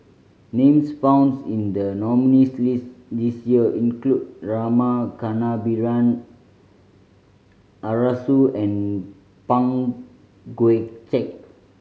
names found in the nominees' list this year include Rama Kannabiran Arasu and Pang Guek Cheng